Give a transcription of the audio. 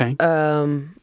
Okay